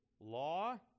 Law